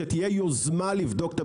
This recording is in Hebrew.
שתהיה יוזמה לבדוק,